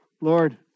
Lord